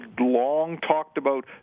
long-talked-about